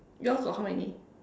yours got how many